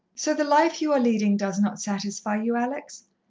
so the life you are leading does not satisfy you, alex?